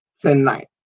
tonight